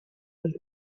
los